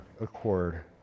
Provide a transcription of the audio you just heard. accord